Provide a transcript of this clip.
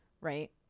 right